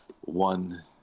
one